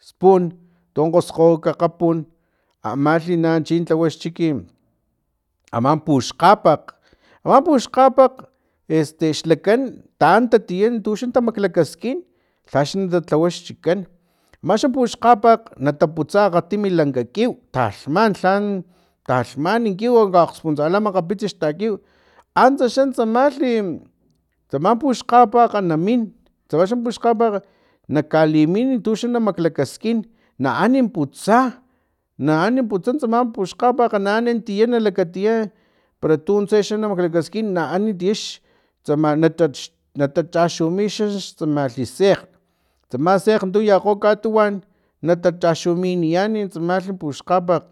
Spun tu kgoskgo nak akgapun amalhi na chi lhawa xchiki ama puxkgapakg ama puxkgapakg este xlakan taan tia tuxa tamaklakaskin lhaxa talhawa xchikan amaxa puxkgapakg nataputsa akgtimi lanka kiw talhman lhan talhman kiw kgaspuntsala makgapis xta kiw antsa xan tsamalhi tsama puxkgapakg namin tsama xa puxkgapakg na kalimin tuxa na kamaklakaskin na ani putsa na ani putsa tsama puxkgapakg na ani tia na lakatia para tuntse xa na maklakaskin na ani tia xtsama nata natachaxuyan xtsama sekgn tsama sekgn tu yakgo katuwan natachaxuminiyan tsama puxkgapakg